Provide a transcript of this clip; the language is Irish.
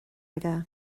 aige